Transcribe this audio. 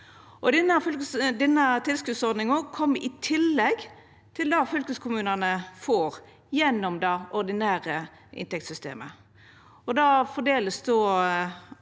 tilskotsordninga kom i tillegg til det fylkeskommunane får gjennom det ordinære inntektssystemet.